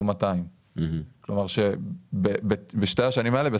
כלומר שבשתי השנים האלה,